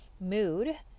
mood